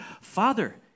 Father